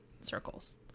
circles